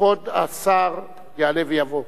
כבוד השר יעלה ויבוא.